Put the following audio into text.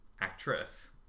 actress